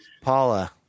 Paula